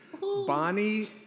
Bonnie